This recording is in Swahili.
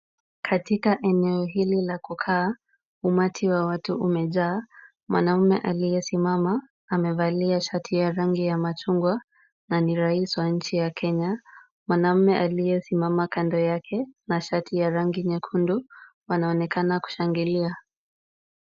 Katika eneo hili la kukaa, umati wa watu umejaa, mwanaume ambaye amesimama, amevalia shati la rangi ya machungwa, na ni rais wa nchini ya Kenya, mwanaume aliyesimama kando yake na shati la rangi nyekundu, wanaonekana kushangilia.